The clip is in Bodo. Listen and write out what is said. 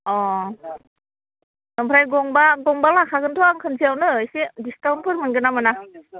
अ ओमफ्राय गंबा गंबा लांखागोनथ' आं खनसेयावनो डिसकाउन्टफोर मोनगोनना मोना